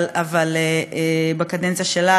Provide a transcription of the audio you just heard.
אבל בקדנציה שלך,